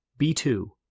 B2